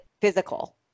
physical